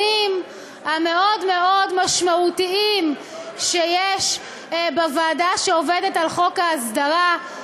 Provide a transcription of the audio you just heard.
המאוד-מאוד משמעותיים שיש בוועדה שעובדת על חוק ההסדרה.